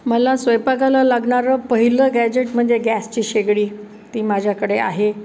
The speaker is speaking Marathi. मला स्वयंपाकाला लागणारं पहिलं गॅजेट म्हणजे गॅसची शेगडी ती माझ्याकडे आहे